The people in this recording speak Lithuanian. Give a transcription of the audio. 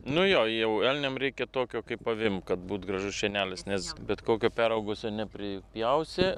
nu jo jau elniam reikia tokio kaip avim kad būtų gražus šienelis nes bet kokio peraugusio nepripjausi